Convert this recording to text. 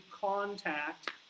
contact